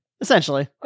Essentially